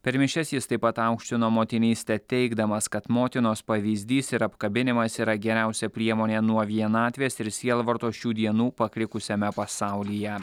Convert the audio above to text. per mišias jis taip pat aukštino motinystę teigdamas kad motinos pavyzdys ir apkabinimas yra geriausia priemonė nuo vienatvės ir sielvarto šių dienų pakrikusiame pasaulyje